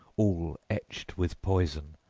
all etched with poison,